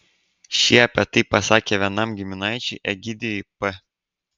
šie apie tai pasakė vienam giminaičiui egidijui p